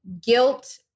guilt